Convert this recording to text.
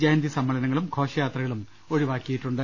ജയന്തി സമ്മേളനങ്ങളും ഘോഷയാത്രകളും ഒഴിവാക്കിയിട്ടുണ്ട്